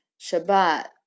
Shabbat